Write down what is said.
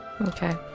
Okay